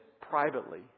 privately